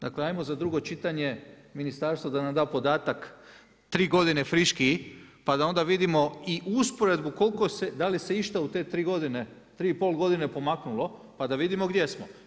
Dakle, hajmo za drugo čitanje ministarstvo da nam da podatak tri godine friški pa da onda vidimo i usporedbu koliko se, da li se išta u te tri godine, tri i pol godine pomaknulo pa da vidimo gdje smo.